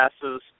passes